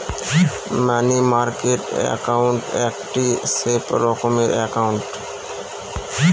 মানি market account একটি safe রকমের account